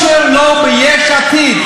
היושר הוא לא ביש עתיד.